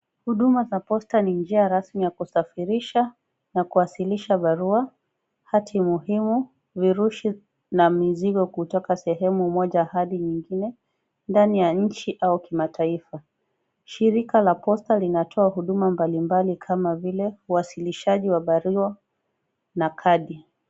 Huduma za posta ni njia rasmi za kusafirisha na kuwasilisha barua, hati muhimu, virushi na mizigo kutoka sehemu moja hadi nyingine, ndani ya nchi au kimataifa. Shirika la posta linatoa huduma mbali mbali kama viile uwasilishaji wa barua na kadi.